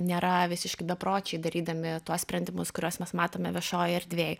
nėra visiški bepročiai darydami tuos sprendimus kuriuos mes matome viešojoj erdvėj